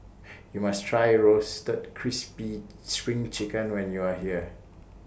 YOU must Try Roasted Crispy SPRING Chicken when YOU Are here